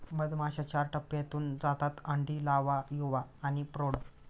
मधमाश्या चार टप्प्यांतून जातात अंडी, लावा, युवा आणि प्रौढ